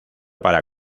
para